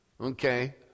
Okay